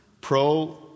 Pro